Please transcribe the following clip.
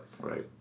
Right